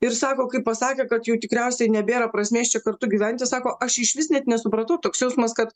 ir sako kaip pasakė kad jau tikriausiai nebėra prasmės čia kartu gyventi sako aš išvis net nesupratau toks jausmas kad